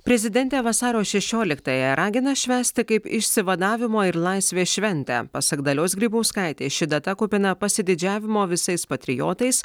prezidentė vasario šešioliktąją ragina švęsti kaip išsivadavimo ir laisvės šventę pasak dalios grybauskaitės ši data kupina pasididžiavimo visais patriotais